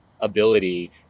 ability